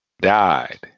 died